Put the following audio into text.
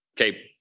okay